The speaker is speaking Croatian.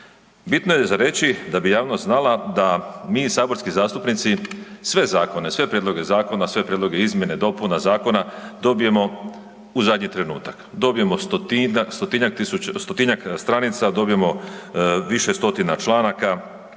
Bitno je za reći da bi javnost znala da bi, saborski zastupnici sve zakone, sve prijedloge zakona, sve prijedloge izmjene, dopuna zakona, dobijemo u zadnji trenutak. Dobijemo stotinjak .../nerazumljivo/...tisuća, stotinjak